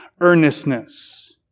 earnestness